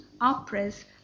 operas